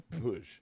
push